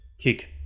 kick